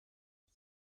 ich